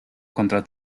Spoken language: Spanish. contra